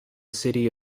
city